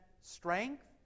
strength